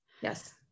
Yes